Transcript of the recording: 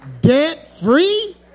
debt-free